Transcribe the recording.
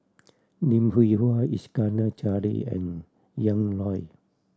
Lim Hwee Hua Iskandar Jalil and Ian Loy